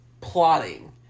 plotting